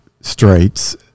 straits